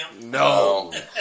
No